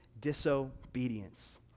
disobedience